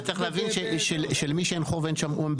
אתה צריך להבין, שלמי שאין חוב אין בעיה.